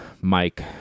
Mike